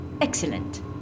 Excellent